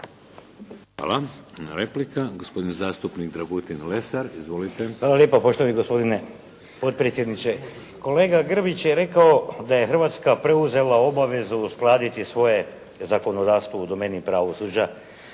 Hvala. Replika, gospodin zastupnik Dragutin Lesar. Izvolite. **Lesar, Dragutin (Nezavisni)** Hvala lijepa poštovani gospodine potpredsjedniče. Kolega Grbić je rekao da je Hrvatska preuzela obavezu uskladiti svoje zakonodavstvo u domeni pravosuđa.